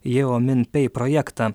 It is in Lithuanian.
jeo min pei projektą